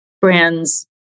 brands